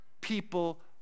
people